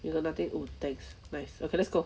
you got nothing oh thanks nice okay let's go